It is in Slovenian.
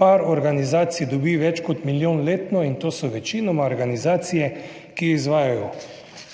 Par organizacij dobi več kot milijon letno in to so večinoma organizacije, ki izvajajo